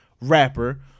rapper